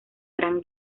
gran